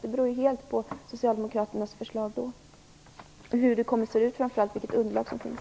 Det beror helt på hur Socialdemokraternas förslag då kommer att se ut och det underlag som finns.